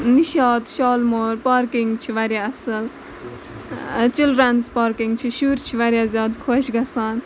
Nishat Shalimar parking چھِ واریاہ اَصٕل چِلڈرنٕز پارکِنگ چھِ شُرۍ چھِ واریاہ زیادٕ خۄش گژھان